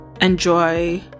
enjoy